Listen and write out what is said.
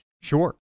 Sure